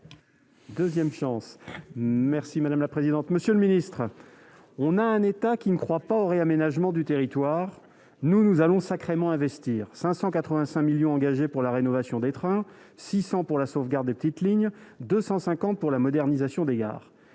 2ème chance merci madame la présidente, monsieur le ministre, on a un état qui ne croit pas au réaménagement du territoire, nous nous allons sacrément investir 585 millions engagés pour la rénovation des trains 600 pour la sauvegarde des petites lignes 250 pour la modernisation des gares,